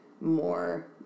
more